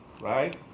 right